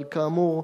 אבל כאמור,